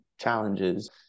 challenges